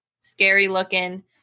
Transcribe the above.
scary-looking